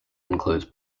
includes